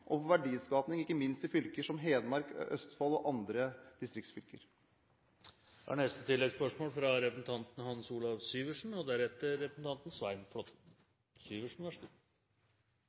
og for verdiskaping ikke minst i fylker som Hedmark, Østfold og andre distriktsfylker. Hans Olav Syversen